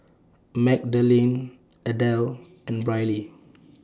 Magdalene Adelle and Brylee